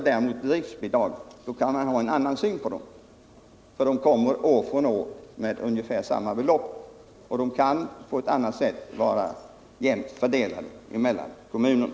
Driftbidragen däremot ges år efter år med ungefär samma belopp och kan fördelas jämnt mellan kommunerna.